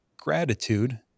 gratitude